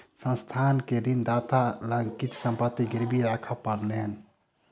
संस्थान के ऋणदाता लग किछ संपत्ति गिरवी राखअ पड़लैन